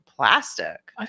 plastic